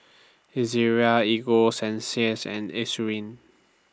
Ezerra Ego Sunsense and Eucerin